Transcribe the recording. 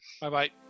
Bye-bye